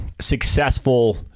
successful